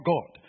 God